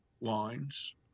lines